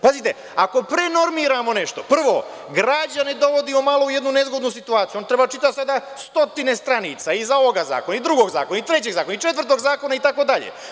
Pazite, ako prenormiramo nešto, prvo, građane dovodimo u jednu nezgodnu situaciju, oni sada trebaju da čitaju stotine stranica iz ovog zakona i drugog zakona i trećeg zakona i četvrtog zakona, itd.